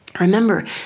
Remember